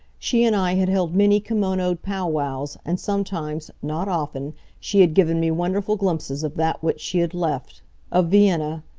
she and i had held many kimonoed pow-wows, and sometimes not often she had given me wonderful glimpses of that which she had left of vienna,